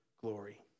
glory